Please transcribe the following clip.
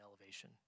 elevation